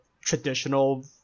traditional